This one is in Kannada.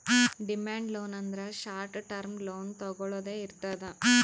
ಡಿಮ್ಯಾಂಡ್ ಲೋನ್ ಅಂದ್ರ ಶಾರ್ಟ್ ಟರ್ಮ್ ಲೋನ್ ತೊಗೊಳ್ದೆ ಇರ್ತದ್